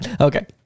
Okay